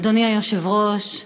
אדוני היושב-ראש,